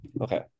okay